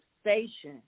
station